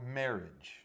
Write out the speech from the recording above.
marriage